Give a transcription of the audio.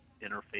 interface